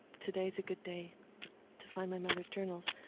today's a good day to find my mother's journals.